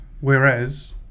whereas